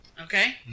Okay